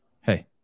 Hey